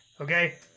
okay